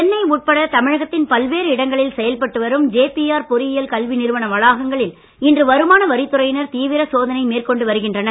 சென்னை உட்பட தமிழகத்தில் பல்வேறு இடங்களில் செயல்பட்டு வரும் ஜேப்பியார் பொறியியல் கல்வி நிறுவன வளாகங்களில் இன்று வருமான வரித்துறையினர் தீவிர சோதனை மேற்கொண்டு வருகின்றனர்